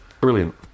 brilliant